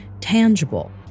tangible